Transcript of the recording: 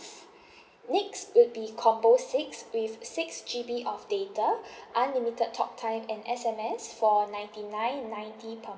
next would be combo six with six G_B of data unlimited talk time and S_M_S for ninety nine ninety per